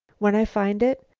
when i find it,